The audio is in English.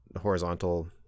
horizontal